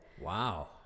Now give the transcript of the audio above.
Wow